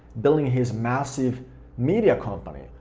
building his massive media company,